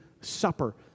supper